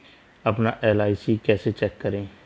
अपना एल.आई.सी कैसे चेक करें?